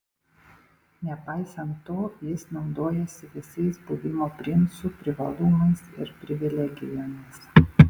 nepaisant to jis naudojasi visais buvimo princu privalumais ir privilegijomis